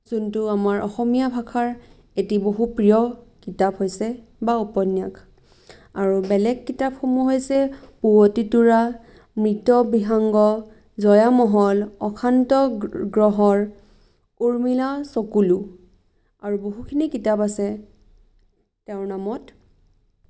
যোনটো আমাৰ অসমীয়া ভাষাৰ এটি বহু প্ৰিয় কিতাপ হৈছে বা উপন্যাস আৰু বেলেগ কিতাপসমূহ হৈছে পুৱতি তৰা মৃত বিহংগ জয়ামহল অশান্ত গ্ৰহৰ উৰ্মিলা চকুলো আৰু বহুখিনি কিতাপ আছে তেওঁৰ নামত